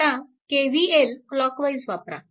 आता KVL clockwise वापरा